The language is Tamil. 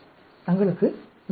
தங்களுக்கு மிக்க நன்றி